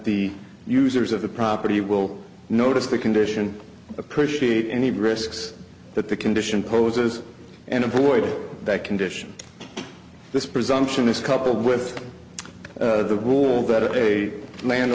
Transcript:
the users of the property will notice the condition appreciate any risks that the condition poses and avoid that condition this presumption is coupled with the wall that a